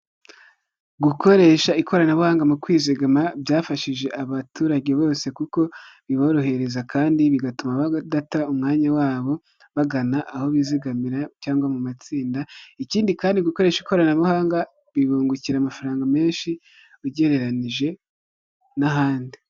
Gukoresha ikoranabuhanga mu kwizigama byafashije abaturage bose kuko biborohereza kandi bigatuma badata umwanya wabo bagana aho bizigamira cyangwa mu matsinda, ikindi kandi gukoresha ikoranabuhanga bibungukira amafaranga menshi ugereranije n'ahandi.